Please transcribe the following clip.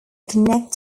connect